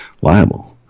liable